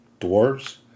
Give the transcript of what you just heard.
dwarves